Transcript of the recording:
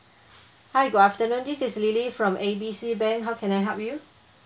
hi good afternoon this is lily from A B C bank how can I help you